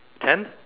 ten